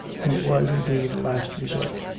and it was, indeed, a last resort.